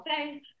Okay